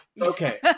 Okay